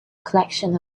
collection